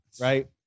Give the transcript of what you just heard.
right